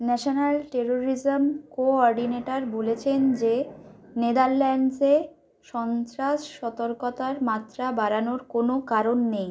national terrorism coordinator বলেছেন যে নেদারল্যাণ্ডসে সন্ত্রাস সতর্কতার মাত্রা বাড়ানোর কোনও কারণ নেই